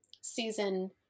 season